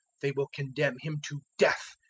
they will condemn him to death,